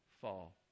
Fall